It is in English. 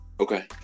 Okay